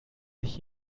sich